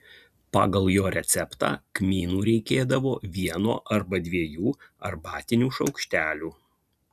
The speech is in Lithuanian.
pagal jo receptą kmynų reikėdavo vieno arba dviejų arbatinių šaukštelių